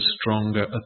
stronger